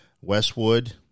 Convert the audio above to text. Westwood